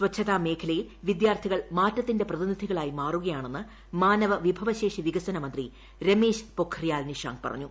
സ്വച്ഛതാ മേഖലയിൽ വിദ്യാർത്ഥികൾ മാറ്റത്തിന്റെ പ്രതിനിധികളായി മാറുകയാണെന്ന് മാനവ വിഭവശേഷി വികസന മന്ത്രി രമേശ് പൊക്രിയാൽ നിഷാങ്ക് പറഞ്ഞു